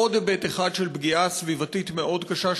עוד היבט אחד של פגיעה סביבתית מאוד קשה,